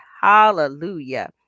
hallelujah